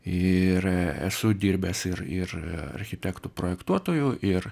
ir esu dirbęs ir ir architektu projektuotoju ir